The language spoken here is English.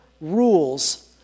rules